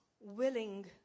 willing